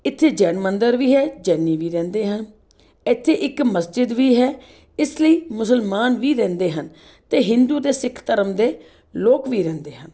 ਇੱਥੇ ਜੈਨ ਮੰਦਰ ਵੀ ਹੈ ਜੈਨੀ ਵੀ ਰਹਿੰਦੇ ਹਨ ਇੱਥੇ ਇੱਕ ਮਸਜਿਦ ਵੀ ਹੈ ਇਸ ਲਈ ਮੁਸਲਮਾਨ ਵੀ ਰਹਿੰਦੇ ਹਨ ਅਤੇ ਹਿੰਦੂ ਅਤੇ ਸਿੱਖ ਧਰਮ ਦੇ ਲੋਕ ਵੀ ਰਹਿੰਦੇ ਹਨ